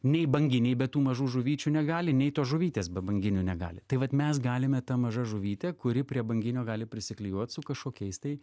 nei banginiai be tų mažų žuvyčių negali nei tos žuvytės be banginių negali tai vat mes galime ta maža žuvytė kuri prie banginio gali prisiklijuot su kažkokiais tai